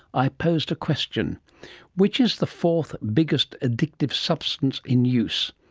i posed a question which is the fourth biggest addictive substance in use?